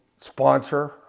sponsor